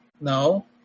no